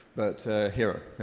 but hero,